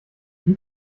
wie